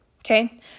Okay